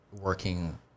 working